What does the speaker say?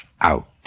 Out